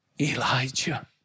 Elijah